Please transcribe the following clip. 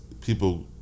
people